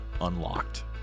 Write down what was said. Unlocked